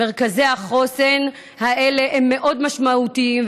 מרכזי החוסן האלה הם מאוד משמעותיים,